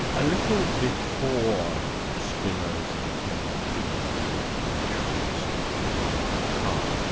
a little before spinoza, came the figure of the great french philosopher, rene descartes.